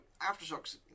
Aftershocks